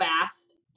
fast